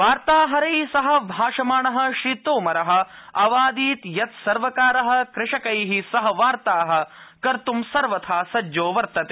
वार्ताहै सह भाषमाण श्रीतोमर अवादीत् यत् सर्वकार कृषकै सह वार्ता कर्तू सर्वथा सज्जो वर्तते